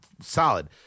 solid